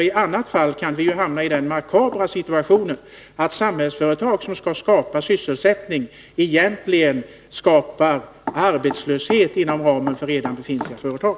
I annat fall kan vi hamna i den makabra situationen att Samhällsföretag, som skall skapa sysselsättning, egentligen skapar arbetslöshet inom ramen för redan befintliga företag.